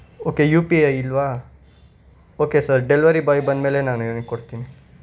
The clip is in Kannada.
ಓಕೆ ಯು ಪಿ ಐ ಇಲ್ಲವಾ ಓಕೆ ಸರ್ ಡೆಲ್ವರಿ ಬಾಯ್ ಬಂದ ಮೇಲೆ ನಾನು ಇವ್ನಿಗೆ ಕೊಡ್ತೀನಿ